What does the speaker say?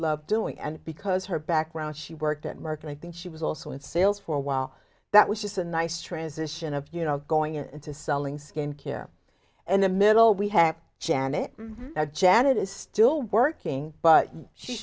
loved doing and because her background she worked at merck and i think she was also in sales for a while that was just a nice transition of you know going into selling skin care in the middle we had janet janet is still working but she